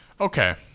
Okay